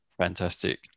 fantastic